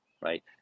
right